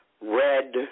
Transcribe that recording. red